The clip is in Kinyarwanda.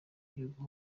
gihugu